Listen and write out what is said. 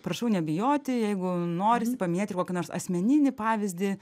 prašau nebijoti jeigu norisi paminėti ir kokį nors asmeninį pavyzdį